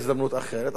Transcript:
אבל ראו מה קורה,